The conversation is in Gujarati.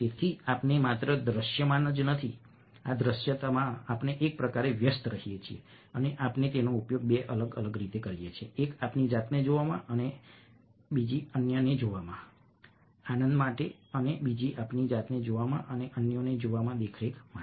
તેથી આપણે માત્ર દૃશ્યમાન જ નથી આ દૃશ્યતામાં આપણે એક પ્રકારે વ્યસ્ત રહીએ છીએ અને આપણે તેનો ઉપયોગ બે અલગ અલગ રીતે કરીએ છીએ એક આપણી જાતને જોવામાં અને અન્યને જોવામાં આનંદ માટે અને બીજી આપણી જાતને જોવામાં અને અન્યને જોવામાં દેખરેખ માટે